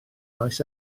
maes